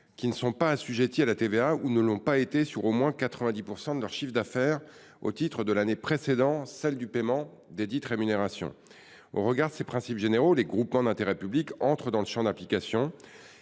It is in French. qui ne sont pas assujettis à la TVA ou qui ne l’ont pas été sur 90 % au moins de leur chiffre d’affaires au titre de l’année précédant celle du paiement desdites rémunérations. Au regard de ce principe général, les groupements d’intérêt public entrent dans ce champ d’application,